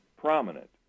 prominent